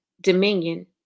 dominion